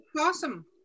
awesome